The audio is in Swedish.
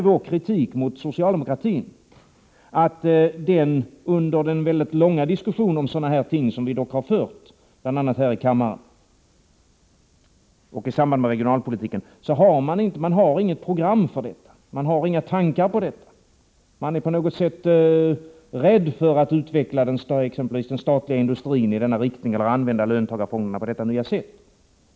Vår kritik mot socialdemokratin under den mycket långa diskussion om sådana här ting som vi dock har fört, bl.a. här i kammaren och i samband med regionalpolitiken, har gällt att den inte har något program för detta, inte har några tankar i dessa banor. Socialdemokraterna är på något vis rädda för att utveckla exempelvis den statliga industrin i denna riktning eller använda löntagarfonderna på detta nya sätt.